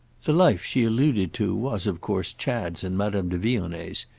the life she alluded to was of course chad's and madame de vionnet's,